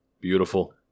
Beautiful